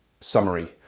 Summary